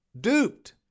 duped